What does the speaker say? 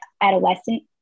adolescent